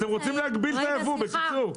אתם רוצים להגביל את היבוא, בקיצור.